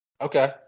Okay